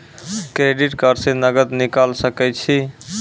Credit card से नगद निकाल सके छी?